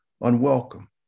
unwelcome